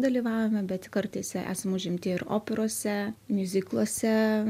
dalyvaujame bet kartais esam užimti ir operose miuzikluose